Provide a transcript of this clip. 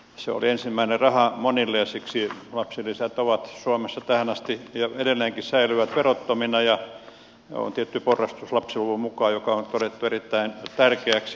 se oli ensimmäinen raha monille ja siksi lapsilisät suomessa edelleenkin säilyvät verottomina ja on tietty porrastus lapsiluvun mukaan joka on todettu erittäin tärkeäksi